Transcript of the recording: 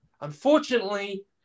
Unfortunately